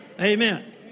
Amen